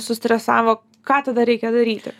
sustresavo ką tada reikia daryti